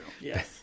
Yes